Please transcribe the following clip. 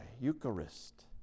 eucharist